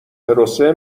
پروسه